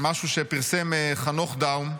משהו שפרסם חנוך דאום: